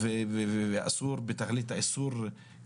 בגלל זה אני אומרת,